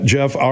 Jeff